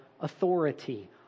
authority